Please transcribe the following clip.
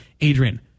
adrian